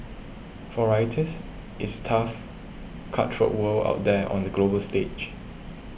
for writers it's tough cutthroat world out there on the global stage